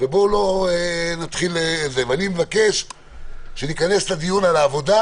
כשניכנס לדיון על העבודה,